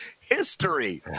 history